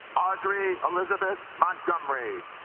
audrey elizabeth montgomery